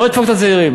בוא נדפוק את הצעירים,